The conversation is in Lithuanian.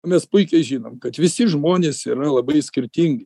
mes puikiai žinom kad visi žmonės yra labai skirtingi